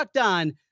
on